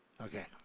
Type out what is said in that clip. Okay